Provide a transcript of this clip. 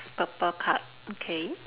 purple card okay